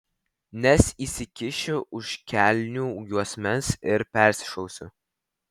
nes įsikišiu už kelnių juosmens ir persišausiu